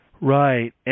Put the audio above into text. Right